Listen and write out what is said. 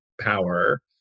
power